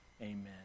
Amen